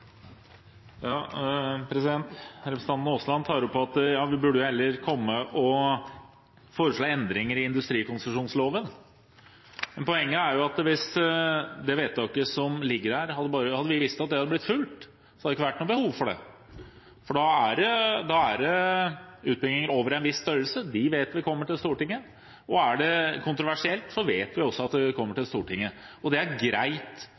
Representanten Aasland tar opp at vi heller burde foreslå endringer i industrikonsesjonsloven. Poenget er at hvis vi hadde visst at vedtaket som ligger her, hadde blitt fulgt, hadde det ikke vært noe behov for det. For vi vet at utbygginger over en viss størrelse kommer til Stortinget, og er det kontroversielt, så vet vi også at det kommer til Stortinget. Det er greit